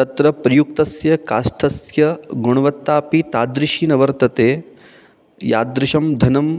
तत्र प्रयुक्तस्य काष्ठस्य गुणवत्तापि तादृशी न वर्तते यादृशं धनम्